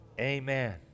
Amen